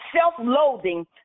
self-loathing